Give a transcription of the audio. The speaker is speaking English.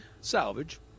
Salvage